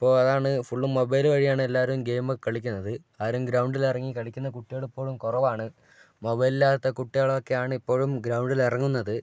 ഇപ്പോൾ അതാണ് ഫുള്ളും മൊബൈലു വഴിയാണ് എല്ലാവരും ഗെയിം ഒക്കെ കളിക്കുന്നത് ആരും ഗ്രൗണ്ടിലിറങ്ങി കളിക്കുന്ന കുട്ടികൾ ഇപ്പോഴും കുറവാണ് മൊബൈൽ ഇല്ലാത്ത കുട്ടികളൊക്കെയാണ് ഇപ്പോഴും ഗ്രൗണ്ടിൽ ഇറങ്ങുന്നത്